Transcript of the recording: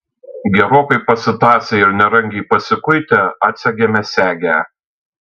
gerokai pasitąsę ir nerangiai pasikuitę atsegėme segę